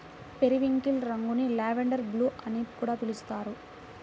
periwinkle రంగును lavender blue అని కూడా పిలుస్తారు